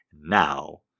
Now